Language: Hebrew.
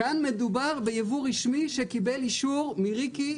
כאן מדובר ביבוא רשמי שקיבל אישור מריקי,